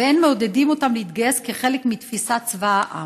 ולא מעודדים אותם להתגייס כחלק מתפיסת צבא העם?